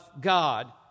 God